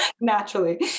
naturally